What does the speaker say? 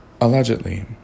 allegedly